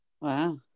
Wow